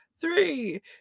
three